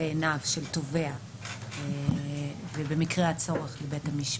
לעיניו של תובע ובמקרה הצורך לעיני בית המשפט,